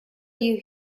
you